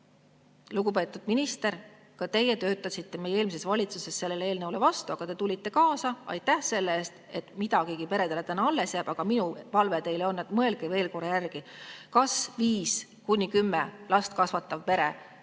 vastu. Lugupeetud minister, ka teie töötasite meie eelmises valitsuses sellele eelnõule vastu, aga te tulite kaasa. Aitäh selle eest, et midagigi peredele täna alles jääb! Aga minu palve teile on, et mõelge veel korra järele, kas viit kuni kümmet last kasvatav pere